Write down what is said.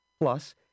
Plus